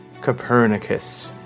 Copernicus